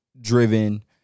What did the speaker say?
driven